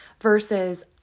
versus